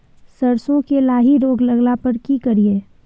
सरसो मे लाही रोग लगला पर की करिये?